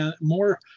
more